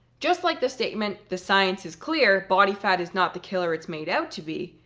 just like the statement, the science is clear, body fat is not the killer it's made out to be.